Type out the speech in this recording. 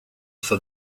for